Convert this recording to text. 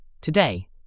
Today